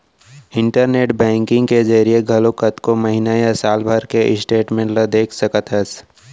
internet banking के जरिए घलौक कतको महिना या साल भर के स्टेटमेंट ल देख सकत हस